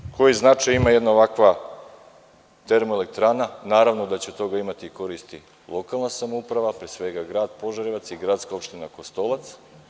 Kada se uzme koji značaj ima jedna ovakva termoelektrana, naravno da će od toga imati koristi i lokalna samouprava, a pre svega grad Požarevac i gradska opština Kostolac.